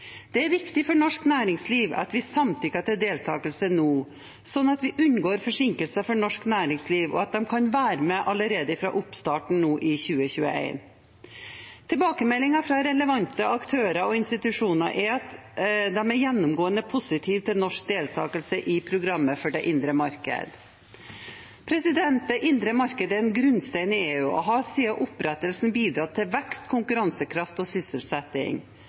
Det er viktig for norsk næringsliv at vi samtykker til deltakelse nå, slik at vi unngår forsinkelse for norsk næringsliv, og at de kan være med allerede fra oppstarten nå i 2021. Tilbakemelding fra relevante aktører og institusjoner er at de er gjennomgående positive til norsk deltakelse i programmet for det indre marked. Det indre marked er en grunnstein i EU og har siden opprettelsen bidratt til vekst, konkurransekraft og sysselsetting.